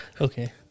Okay